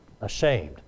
ashamed